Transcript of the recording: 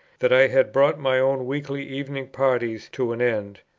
that i had brought my own weekly evening parties to an end,